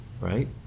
right